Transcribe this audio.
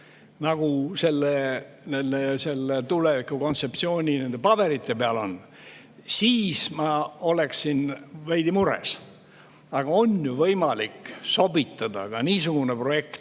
nagu nende tulevikukontseptsiooni paberite peal on, siis ma oleksin veidi mures. Aga on ju võimalik teha ka niisugune projekt,